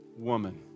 woman